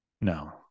No